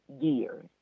years